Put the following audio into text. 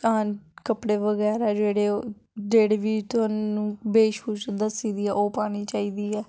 ऐन कपड़े बगैरा जेह्ड़े ओह् जेह्ड़ी बी तोआनूं वेशभूषा दस्सी दी ऐ ओह् पाह्नी चाहिदी ऐ